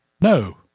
No